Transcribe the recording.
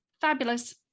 fabulous